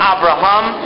Abraham